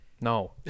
no